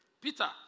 Peter